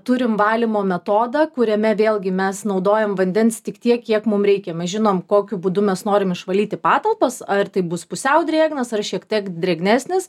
turim valymo metodą kuriame vėlgi mes naudojam vandens tik tiek kiek mum reikia mes žinom kokiu būdu mes norim išvalyti patalpas ar tai bus pusiau drėgnas ar šiek tiek drėgnesnis